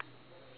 ya